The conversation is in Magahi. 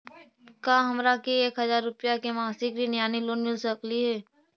का हमरा के एक हजार रुपया के मासिक ऋण यानी लोन मिल सकली हे?